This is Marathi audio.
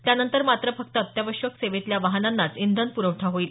त्यानंतर मात्र फक्त अत्यावश्यक सेवेतल्या वाहनांनाच इंधन प्रवठा होईल